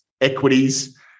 equities